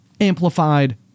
amplified